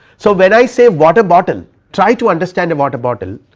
so when i say water bottle try to understand a water bottle.